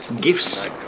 gifts